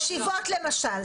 ישיבות למשל,